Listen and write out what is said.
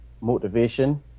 motivation